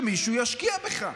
אתה צריך שמישהו ישקיע בך.